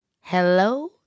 Hello